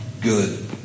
good